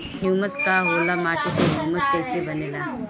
Humus का होला माटी मे ह्यूमस कइसे बनेला?